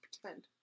pretend